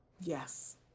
Yes